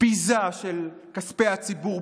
ביזה של כספי הציבור,